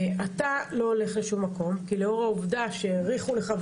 אתה לא הולך לשום מקום כי לאור העובדה שהאריכו לך,